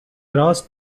راست